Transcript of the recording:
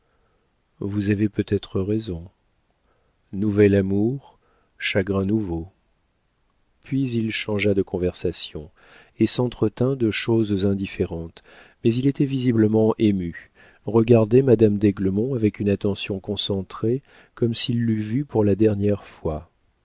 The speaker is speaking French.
vous avez peut-être raison nouvel amour chagrin nouveau puis il changea de conversation et s'entretint de choses indifférentes mais il était visiblement ému regardait madame d'aiglemont avec une attention concentrée comme s'il l'eût vue pour la dernière fois